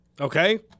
okay